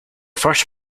first